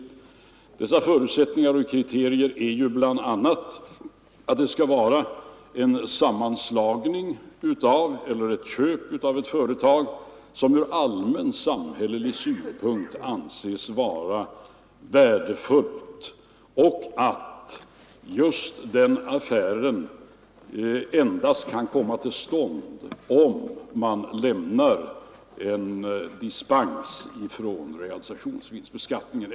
Till sådana förutsättningar och kriterier hör ju bl.a. att det skall vara en sammanslagning av eller ett köp av ett företag, som från allmän samhällelig synpunkt anses vara värdefullt, och att just den affären endast kan komma till stånd om regeringen lämnar dispens från realisationsvinstbeskattningen.